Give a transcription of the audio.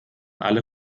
alle